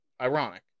Ironic